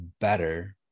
better